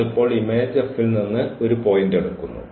നമ്മൾ ഇപ്പോൾ image F ൽ നിന്ന് ഒരു പോയിന്റ് എടുക്കുന്നു